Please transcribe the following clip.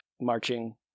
marching